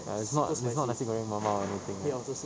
ya it's not it's not nasi goreng mamak or anything right